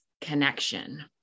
connection